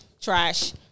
trash